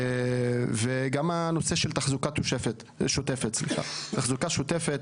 וגם הנושא של תחזוקה שוטפת תחזוקה שוטפת,